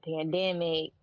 pandemic